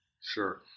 Sure